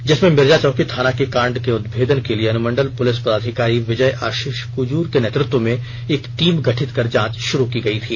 जिसमें मिर्जाचौकी थाना के कांड के उदभेदन के लिए अनुमंडल पुलिस पदाधिकारी विजय आशीष कुजूर के नेतृत्व में एक टीम गठित कर जाँच शुरू की गई थी